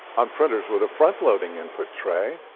on printers with a front-loading input tray,